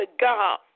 God